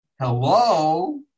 Hello